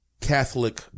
Catholic